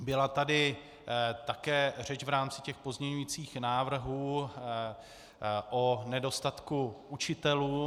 Byla tady také řeč v rámci těch pozměňujících návrhů o nedostatku učitelů.